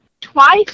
twice